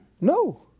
No